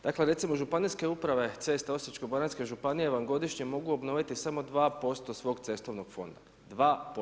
Dakle, recimo županijske uprave, ceste, Osječko baranjske županije, vam godišnje mogu obnoviti, samo 2% svog cestovnog fonda, 2%